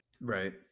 Right